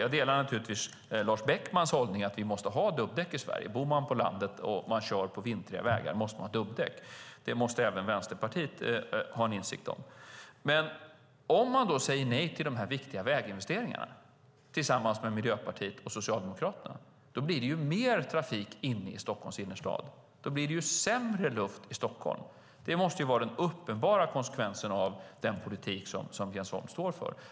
Jag delar naturligtvis Lars Beckmans hållning att vi måste ha dubbdäck i Sverige. Bor man på landet och kör på vintriga vägar måste man ha dubbdäck. Det måste även Vänsterpartiet ha en insikt om. Men om man säger nej till de viktiga väginvesteringarna, tillsammans med Miljöpartiet och Socialdemokraterna, blir det mer trafik i Stockholms innerstad. Då blir det sämre luft i Stockholm. Det måste vara den uppenbara konsekvensen av den politik som Jens Holm står för.